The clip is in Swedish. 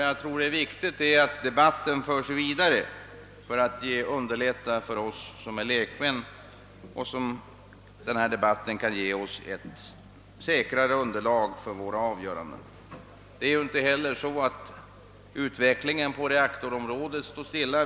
Jag tror dock att det är viktigt att debatten fortsätter, eftersom den kan ge oss lekmän ett säkrare underlag för våra avgöranden. Utvecklingen på reaktorområdet står inte stilla.